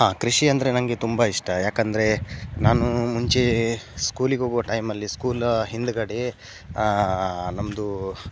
ಹಾಂ ಕೃಷಿ ಅಂದರೆ ನನಗೆ ತುಂಬ ಇಷ್ಟ ಯಾಕೆಂದರೆ ನಾನು ಮುಂಚೆ ಸ್ಕೂಲಿಗೆ ಹೋಗೋ ಟೈಮಲ್ಲಿ ಸ್ಕೂಲ್ ಹಿಂದುಗಡೆ ನಮ್ಮದು